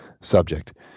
subject